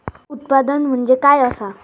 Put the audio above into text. उत्पादन म्हणजे काय असा?